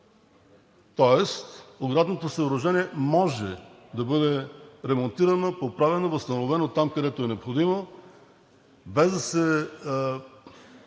Тоест оградното съоръжение може да бъде ремонтирано, поправено, възстановено там, където е необходимо, без да се